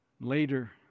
Later